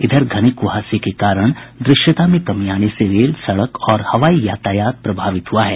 इधर घने कुहासे के कारण दृश्यता में कमी आने से रेल सड़क और हवाई यातायात प्रभावित हुआ है